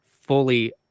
fully